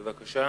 בבקשה.